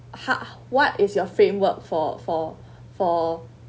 !huh! what is your framework for for for